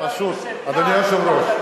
פשוט, אדוני היושב-ראש,